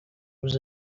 was